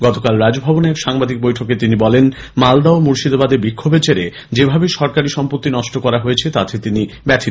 গতকাল রাজভবনে এক সাংবাদিক বৈঠকে তিনি বলেন মালদা ও মুর্শিদাবাদে বিক্ষোভের জেরে যেভাবে সরকারি সম্পত্তি নষ্ট করা হয়েছে তাতে তিনি ব্যথিত